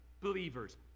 believers